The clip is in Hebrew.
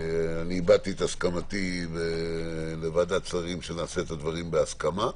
הבעתי את הסכמתי לוועדת שרים שנעשה את הדברים בהסכמה.